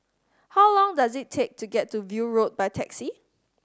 how long does it take to get to View Road by taxi